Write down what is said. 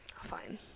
fine